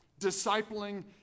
discipling